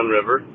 river